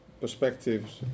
perspectives